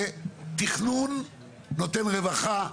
זה תכנון נותן רווחה,